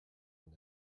mon